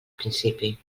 principi